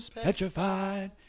petrified